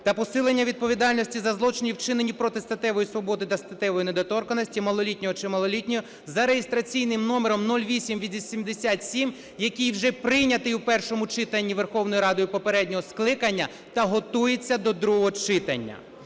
та посилення відповідальності за злочини, вчинені проти статевої свободи та статевої недоторканності малолітнього чи малолітньої за реєстраційним номером 0887, який вже прийнятий в першому читанні Верховної Ради попереднього скликання та готується до другого читання,